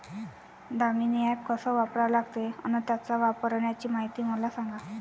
Damini app कस वापरा लागते? अन त्याच्या वापराची मायती मले सांगा